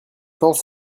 temps